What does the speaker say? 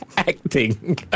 acting